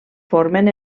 formen